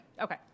Okay